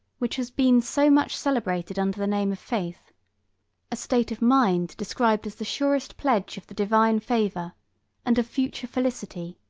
which has been so much celebrated under the name of faith a state of mind described as the surest pledge of the divine favor and of future felicity,